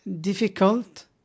difficult